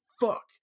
fuck